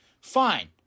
fine